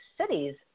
cities